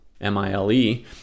M-I-L-E